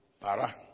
Para